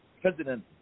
President